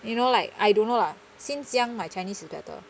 you know like I don't know lah since young my chinese is better